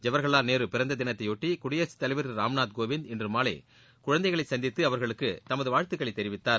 ஜவஹர்லால் நேருவின் பிறந்த தினத்தையொட்டி குடியரசுத் தலைவர் திரு ராம்நாத் கோவிந்த் இன்று மாலை குழந்தைகளை சந்தித்து அவர்களுக்கு தமது வாழ்த்துக்களை தெரிவித்தார்